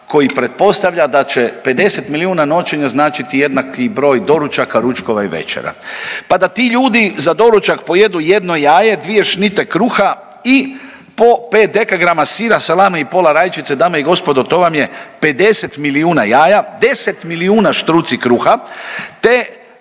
koji pretpostavlja da će 50 milijuna noćenja značiti jednaki broj doručaka, ručkova i večera. Pa da ti ljudi za doručak pojedu jedno jaje, dvije šnite kruha i po 5 dkg sira, salame i pola rajčice, dame i gospodo to vam je 50 milijuna jaja, 10 milijuna štruci kruha, te